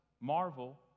marvel